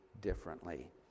differently